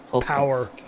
power